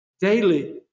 daily